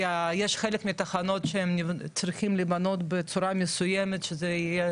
כי חלק מהתחנות צריכות להיבנות בצורה מסוימת שזה יהיה